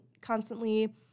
constantly